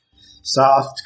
soft